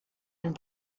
and